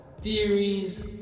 Theories